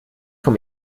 vom